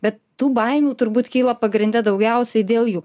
bet tų baimių turbūt kyla pagrinde daugiausiai dėl jų